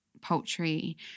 poultry